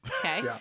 okay